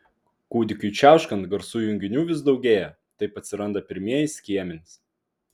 kūdikiui čiauškant garsų junginių vis daugėja taip atsiranda pirmieji skiemenys